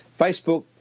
Facebook